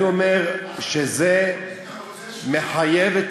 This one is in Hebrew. אני אומר שזה מחייב את